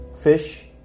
fish